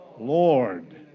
Lord